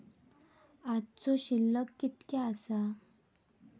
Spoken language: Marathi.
आजचो शिल्लक कीतक्या आसा?